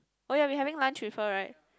oh ya we having lunch with her right